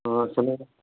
ହଁ ସେମାନେ